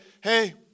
hey